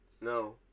No